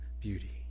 beauty